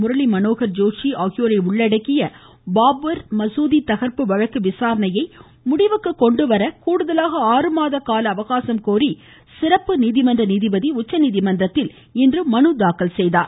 முரளி மனோகர் ஜோஷி ஆகியோரை உள்ளடக்கிய பாபர் மசூதி தகர்ப்பு வழக்கு விசாரணையை முடிவுக்கு கொண்டுவர கூடுதலாக ஆறு மாத கால அவகாசம் கோரி சிறப்பு நீதிமன்ற நீதிபதி உச்சநீதிமன்றத்தில் இன்று மனு தாக்கல் செய்துள்ளார்